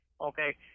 okay